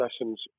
lessons